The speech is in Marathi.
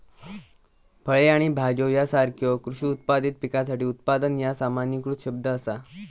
फळे आणि भाज्यो यासारख्यो कृषी उत्पादित पिकासाठी उत्पादन ह्या सामान्यीकृत शब्द असा